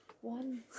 One